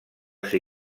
ser